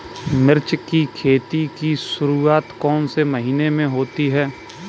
मिर्च की खेती की शुरूआत कौन से महीने में होती है?